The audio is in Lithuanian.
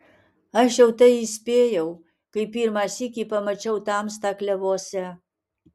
aš jau tai įspėjau kai pirmą sykį pamačiau tamstą klevuose